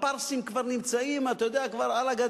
הפרסים כבר נמצאים על הגדר.